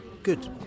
good